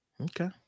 Okay